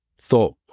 thought